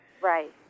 Right